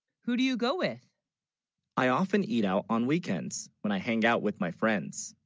who do you, go with i often eat out on weekends when i hang out with, my friends,